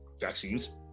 vaccines